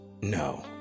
No